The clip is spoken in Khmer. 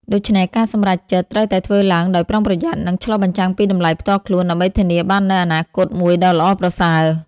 ដូច្នេះ ការសម្រេចចិត្តត្រូវតែធ្វើឡើងដោយប្រុងប្រយ័ត្ន និងឆ្លុះបញ្ចាំងពីតម្លៃផ្ទាល់ខ្លួន ដើម្បីធានាបាននូវអនាគតមួយដ៏ល្អប្រសើរ។